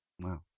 Wow